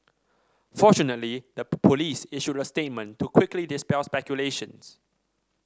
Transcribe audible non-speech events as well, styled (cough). fortunately the (unintelligible) police issued a statement to quickly dispel speculations